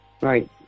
Right